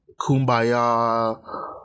kumbaya